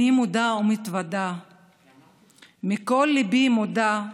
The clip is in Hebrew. אני מודה, מכל ליבי מודה.